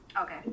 okay